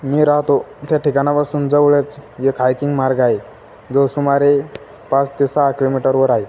मी राहतो त्या ठिकाणापासून जवळच येक हायकिंग मार्ग आहे जो सुमारे पाच ते सहा किलोमीटरवर आहे